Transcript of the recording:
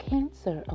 Cancer